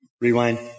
Rewind